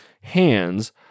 hands